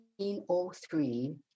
1903